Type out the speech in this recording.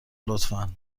لطفا